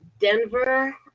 Denver